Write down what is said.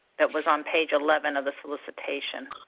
that was on page eleven of the solicitation?